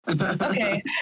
Okay